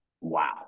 wow